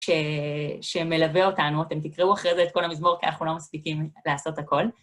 שמלווה אותנו, אתם תקראו אחרי זה את כל המזמור, כי אנחנו לא מספיקים לעשות הכל.